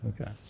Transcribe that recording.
Okay